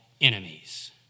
enemies